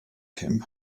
him